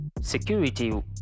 security